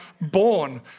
born